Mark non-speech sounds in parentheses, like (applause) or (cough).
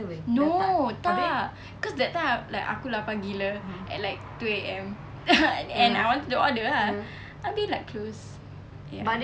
no tak cause that time I like aku lapar gila at like two A_M (laughs) and I want to order ah abeh like closed ya